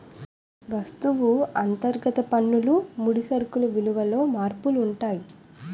వస్తువు అంతర్గత పన్నులు ముడి సరుకులు విలువలలో మార్పులు ఉంటాయి